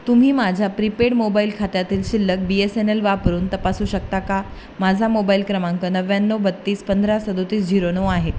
तुम्ही माझ्या prepaid mobile खात्यातील शिल्लक बी एस एन एल वापरून तपासू शकता का माझा मोबाईल क्रमांक नव्याण्णव बत्तीस पंधरा सदतीस झिरो नऊ आहे